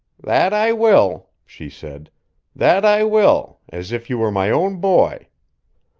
that i will, she said that i will, as if you were my own boy.